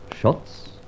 shots